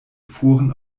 fuhren